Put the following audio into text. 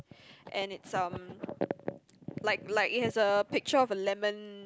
and it's um like like it has a picture of a lemon